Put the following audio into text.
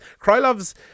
Krylov's